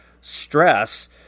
stress